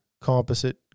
composite